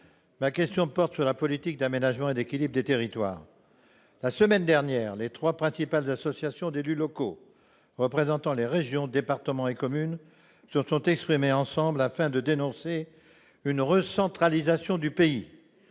ma question porte sur la politique d'aménagement et d'équilibre des territoires. La semaine dernière, les trois principales associations d'élus locaux, représentant les régions, les départements et les communes, se sont exprimées conjointement pour dénoncer une « recentralisation du pays